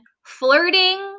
flirting